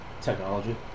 Technology